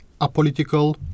apolitical